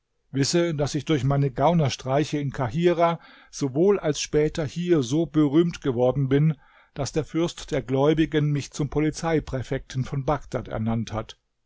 wisse daß ich durch meine gaunerstreiche in kahirah sowohl als später hier so berühmt geworden bin daß der fürst der gläubigen mich zum polizeipräfekten von bagdad ernannt hat